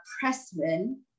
Pressman